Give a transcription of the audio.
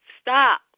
Stop